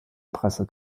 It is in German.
presse